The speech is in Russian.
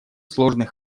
сложный